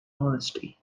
honesty